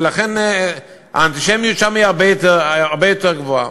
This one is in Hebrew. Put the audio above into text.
ולכן האנטישמיות שם היא הרבה יותר גבוהה.